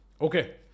okay